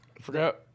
Forgot